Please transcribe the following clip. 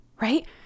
Right